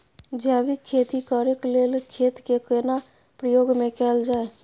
जैविक खेती करेक लैल खेत के केना प्रयोग में कैल जाय?